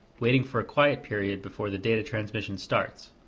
waiting for a quiet period before the data transmission starts.